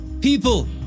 People